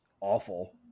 awful